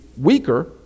weaker